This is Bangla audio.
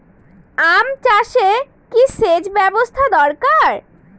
আম চাষে কি সেচ ব্যবস্থা দরকার?